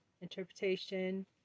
interpretation